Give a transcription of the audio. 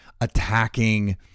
attacking